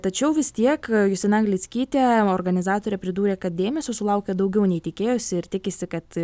tačiau vis tiek justina anglickytė organizatorė pridūrė kad dėmesio sulaukė daugiau nei tikėjosi ir tikisi kad